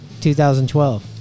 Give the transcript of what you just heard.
2012